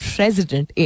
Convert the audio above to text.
President